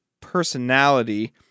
personality